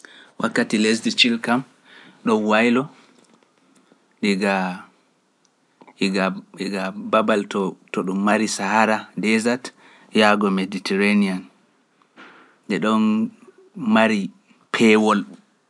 Wakkati lesdi cil kam ɗo waylo diga diga babal to to ɗum mari sahara desat yaago mediterenyan nde ɗon mari peewol